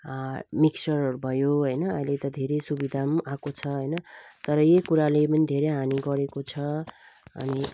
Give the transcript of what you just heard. मिक्सरहरू भयो हैन अहिले त धेरै सुविधा पनि आएको छ हैन तर यही कुराले पनि धेरै हानि गरेको छ अनि